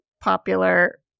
popular